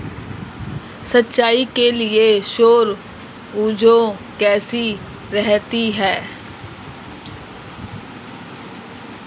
सिंचाई के लिए सौर ऊर्जा कैसी रहती है?